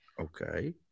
Okay